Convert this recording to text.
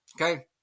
Okay